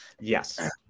Yes